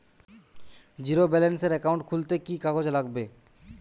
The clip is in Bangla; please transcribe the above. জীরো ব্যালেন্সের একাউন্ট খুলতে কি কি কাগজ লাগবে?